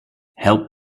help